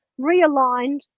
realigned